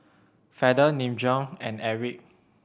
Feather Nin Jiom and Airwick